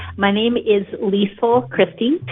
my name is liesel christie.